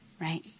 right